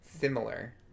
Similar